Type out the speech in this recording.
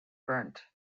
burnt